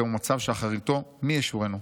זהו מצב שאחריותו מי ישורנו.